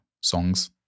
songs